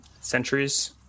centuries